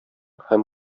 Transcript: һәм